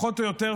פחות או יותר,